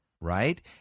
right